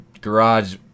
garage